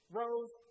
rose